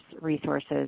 resources